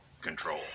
control